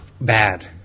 bad